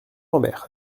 lambert